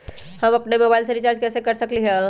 हम अपन मोबाइल में रिचार्ज कैसे कर सकली ह?